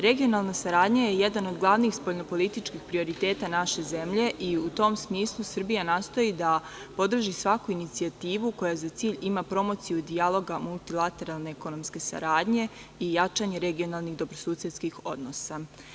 Regionalna saradnja je jedan od glavnih spoljnopolitičkih prioriteta naše zemlje i u tom smislu Srbija nastoji da podrži svaku inicijativu koja za cilj ima promociju dijaloga, multilateralne ekonomske saradnje i jačanje regionalnih dobrosusedskih odnosa.